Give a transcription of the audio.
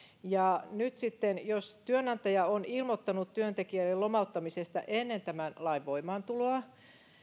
nyt sitten jos työnantaja on ilmoittanut työntekijälle lomauttamisesta ennen tämän lain voimaantuloa